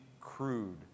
crude